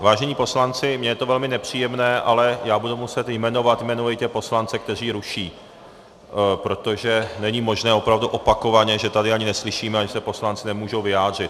Vážení poslanci, mně je to velmi nepříjemné, ale já budu muset jmenovat jmenovitě poslance, kteří ruší, protože není možné opravdu opakovaně, že tady ani neslyšíme a že se poslanci nemůžou vyjádřit.